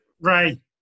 ray